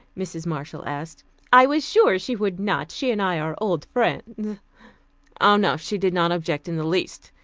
mrs. marshall asked i was sure she would not, she and i are old friends oh, no, she did not object in the least,